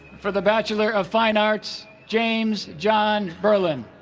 for the bachelor of fine arts james john berlyn